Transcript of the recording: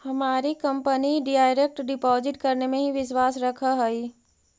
हमारी company direct deposit करने में ही विश्वास रखअ हई